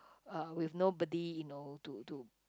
uh with nobody you know to to